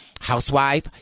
housewife